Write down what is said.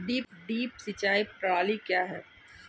Drip सिंचाई प्रणाली क्या है?